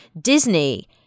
Disney